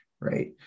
right